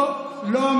לא מתרגשים.